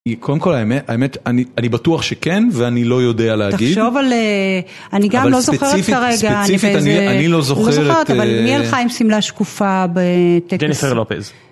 קודם כל, האמת, האמת, אני בטוח שכן, ואני לא יודע להגיד. תחשוב על... אני גם לא זוכרת כרגע איזה... אני לא זוכרת... מי הלכה עם שמלה שקופה בטקס? ג'ניפר לופז.